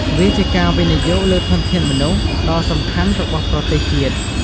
វាជាការវិនិយោគលើធនធានមនុស្ស ដ៏សំខាន់របស់ប្រទេសជាតិ។